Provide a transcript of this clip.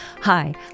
Hi